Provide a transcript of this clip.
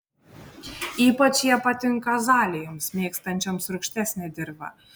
ypač jie patinka azalijoms mėgstančioms rūgštesnę dirvą